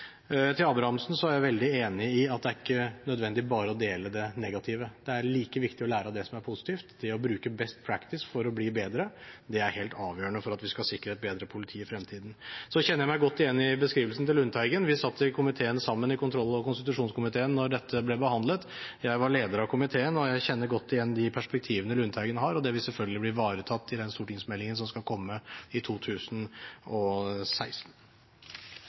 Til representanten Abrahamsen: Jeg er veldig enig i at det ikke er nødvendig bare å dele det negative, det er like viktig å lære av det som er positivt, det å bruke «best practice» for å bli bedre. Det er helt avgjørende for at vi skal sikre et bedre politi i fremtiden. Så kjenner jeg meg godt igjen i beskrivelsen til Lundteigen. Vi satt sammen i kontroll- og konstitusjonskomiteen da dette ble behandlet. Jeg var leder av komiteen, og jeg kjenner godt igjen de perspektivene Lundteigen har, og det vil selvfølgelig bli ivaretatt i stortingsmeldingen som skal komme i 2016.